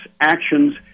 actions